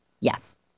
yes